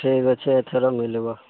ଠିକ୍ ଅଛି ଏଥର ମିଲିବ